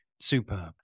superb